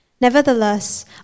Nevertheless